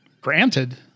Granted